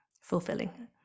fulfilling